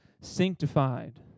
sanctified